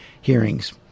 hearings